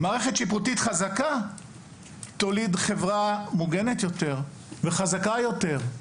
מערכת שיפוטית חזקה תוליד חברה מוגנת יותר וחזקה יותר,